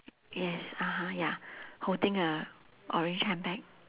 yes (uh huh) ya holding a orange handbag